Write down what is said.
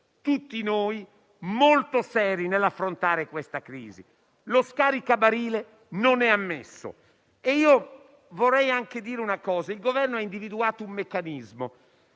tutti noi molto seri nell'affrontare la crisi. Lo scaricabarile non è ammesso. Io vorrei anche dire che il Governo ha individuato un meccanismo